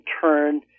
turn